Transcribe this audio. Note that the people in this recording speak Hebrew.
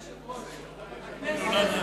אדוני היושב-ראש, הכנסת,